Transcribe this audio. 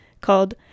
called